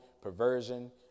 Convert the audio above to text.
perversion